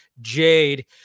Jade